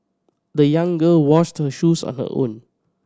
the young girl washed her shoes on her own